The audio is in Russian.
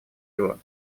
его